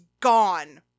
gone